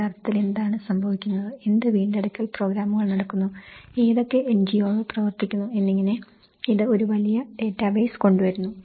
യഥാർത്ഥത്തിൽ എന്താണ് സംഭവിക്കുന്നത് എന്ത് വീണ്ടെടുക്കൽ പ്രോഗ്രാമുകൾ നടക്കുന്നു ഏതൊക്കെ എൻജിഒകൾ പ്രവർത്തിക്കുന്നു എന്നിങ്ങനെ ഇത് ഒരു വലിയ ഡാറ്റാബേസ് കൊണ്ടുവരുന്നു